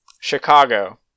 Chicago